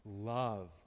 love